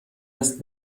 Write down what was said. است